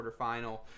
quarterfinal